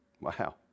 Wow